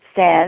says